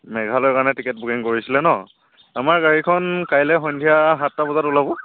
মেঘালয়ৰ কাৰণে ticket booking কৰিছিলে ন' আমাৰ গাড়ীখন কাইলৈ সন্ধিয়া সাতটা বজাত ওলাব